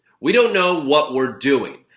we don't know what we're doing.